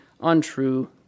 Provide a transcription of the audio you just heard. untrue